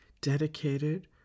dedicated